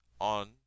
on